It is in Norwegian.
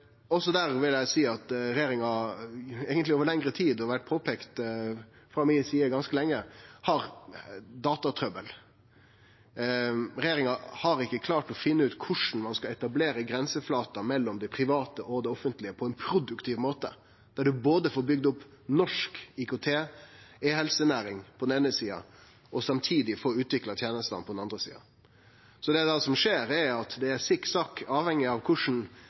Også der vil eg seie at regjeringa eigentleg over lengre tid – det har vore påpeikt frå mi side ganske lenge – har hatt datatrøbbel. Regjeringa har ikkje klart å finne ut korleis ein skal etablere grenseflater mellom det private og det offentlege på ein produktiv måte, der ein både kan få bygd opp norsk IKT-helsenæring på den eine sida og samtidig få utvikla tenestene på den andre sida. Det som da skjer, er at det er sikksakk avhengig av